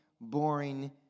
boring